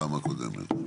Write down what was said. בפעם הקודמת.